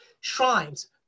shrines